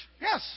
Yes